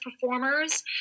performers